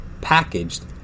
packaged